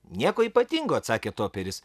nieko ypatingo atsakė toperis